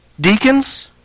Deacons